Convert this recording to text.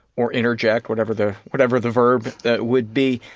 or interject, whatever the whatever the verb that would be,